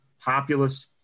populist